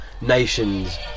nations